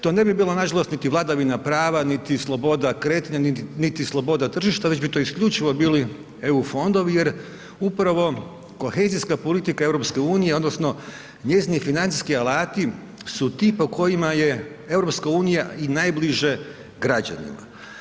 To ne bi bilo nažalost niti vladavina prava niti sloboda kretanja niti sloboda tržišta već bi to isključivo bili EU fondovi jer upravo kohezijska politika EU-a odnosno njezini financijski alati su tip o kojima je EU i najbliže građanima.